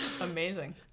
Amazing